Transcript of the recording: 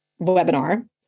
webinar